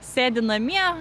sėdi namie